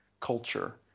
culture